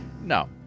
No